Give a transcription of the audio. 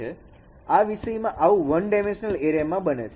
આ વિષયમાં આવું 1 ડાયમેન્શનલ એરે માં બને છે